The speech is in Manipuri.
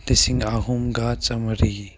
ꯂꯤꯁꯤꯡ ꯑꯍꯨꯝꯒ ꯆꯥꯝꯃꯔꯤ